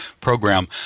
program